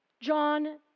John